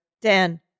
Dan